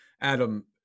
Adam